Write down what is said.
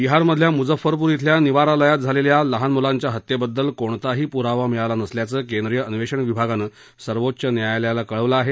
बिहारमधल्या मुझफ्फरपूर खिल्या निवारालयात झालेल्या लहान मुलांच्या हत्येबद्दल कोणताही पूरावा मिळाला नसल्याचं केंद्रीय अन्वेषण विभागानं सर्वोच्च न्यायालयाला कळवलं आहे